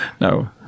no